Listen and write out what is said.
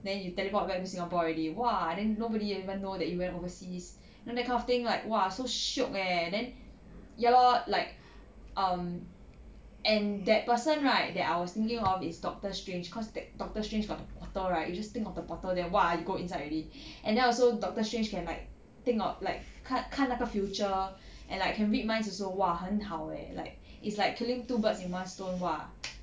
then you teleport back to singapore already !wah! then nobody even know that you went overseas and that kind of thing like !wah! so shiok leh then ya lor like um and that person right that I was thinking of is doctor strange cause that doctor strange got the bottle right you just think of the bottle then !wah! you go inside already and then also doctor strange can like think of like 看看那个 future and like can read minds also !wah! 很好 leh like it's like killing two birds in one stone !wah!